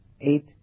eight